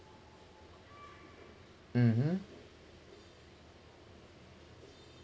(uh huh)